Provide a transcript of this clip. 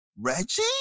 Reggie